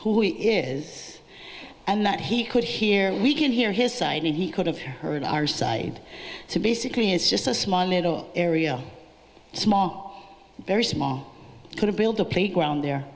who he is and that he could hear we can hear his side and he could have heard our side to basically is just a small little area small very small could have build a playground there